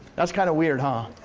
that's kinda weird, huh?